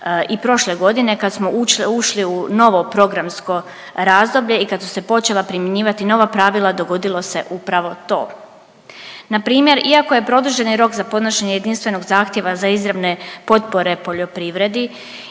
i prošle godine kad smo ušli u novo programsko razdoblje i kad su se počela primjenjivati nova pravila, dogodilo se upravo to. Npr. iako je produženi rok za podnošenje jedinstvenog zahtjeva za izravne potpore poljoprivredi